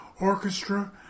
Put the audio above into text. Orchestra